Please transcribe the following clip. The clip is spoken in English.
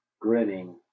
grinning